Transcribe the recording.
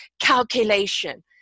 calculation